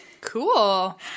Cool